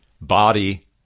body